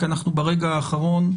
כי אנחנו ברגע האחרון,